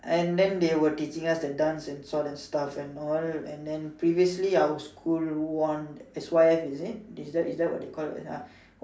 and then they were teaching us the dance and sort and stuff and all and then previously our school won S_Y_F is it is that is that what they call ya